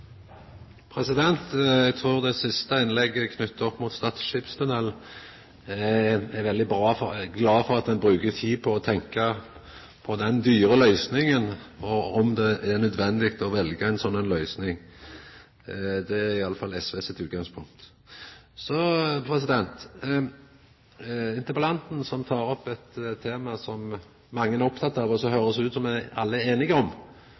det siste innlegget knytt opp mot Stad skipstunnel, er eg veldig glad for at ein bruker tid på å tenkja på den dyre løysinga, og om det er nødvendig å velja ei slik løysing – det er iallfall SV sitt utgangspunkt. Interpellanten tek opp eit tema som mange er opptekne av, og som det høyrest ut som om alle er einige om.